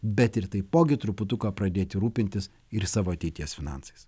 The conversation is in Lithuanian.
bet ir taipogi truputuką pradėti rūpintis ir savo ateities finansais